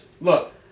Look